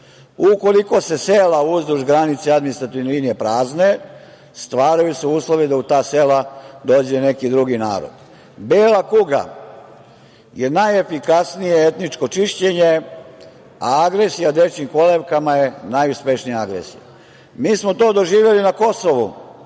Ukoliko se sela uzduž granice administrativne linije prazne, stvaraju se uslovi da u ta sela dođe neki drugi narod. Bela kuga je najefikasnije etničko čišćenje, a agresija dečijim kolevkama je najuspešnija agresija. Mi smo to doživeli na KiM